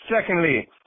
Secondly